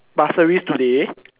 Pasir-Ris today